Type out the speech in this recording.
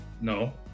no